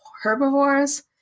herbivores